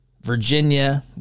Virginia